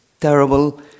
terrible